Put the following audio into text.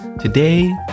Today